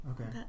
Okay